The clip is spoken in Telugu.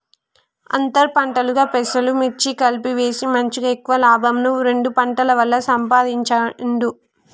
అంతర్ పంటలుగా పెసలు, మిర్చి కలిపి వేసి మంచిగ ఎక్కువ లాభంను రెండు పంటల వల్ల సంపాధించిండు